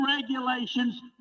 regulations